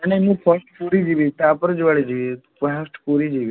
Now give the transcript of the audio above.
ନାଇଁ ନାଇଁ ମୁଁ ଫାର୍ଷ୍ଟ ପୁରୀ ଯିବି ତାପରେ ଯୁଆଡ଼େ ଯିବି ଫାର୍ଷ୍ଟ ପୁରୀ ଯିବି